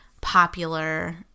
popular